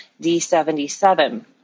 D77